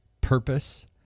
purpose